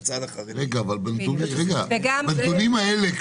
לצד החרדים --- בנתונים האלה,